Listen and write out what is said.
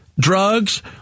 drugs